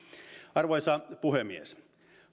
arvoisa puhemies